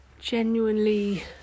genuinely